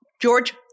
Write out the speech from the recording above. George